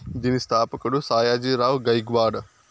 దీని స్థాపకుడు సాయాజీ రావ్ గైక్వాడ్